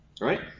Right